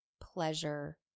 pleasure